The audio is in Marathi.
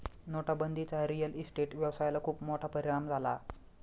नोटाबंदीचा रिअल इस्टेट व्यवसायाला खूप मोठा परिणाम झाला